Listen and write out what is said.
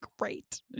Great